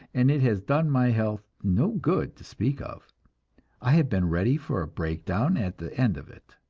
and it has done my health no good to speak of i have been ready for a breakdown at the end of it.